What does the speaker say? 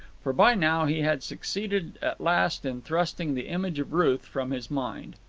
for by now he had succeeded at last in thrusting the image of ruth from his mind.